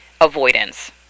avoidance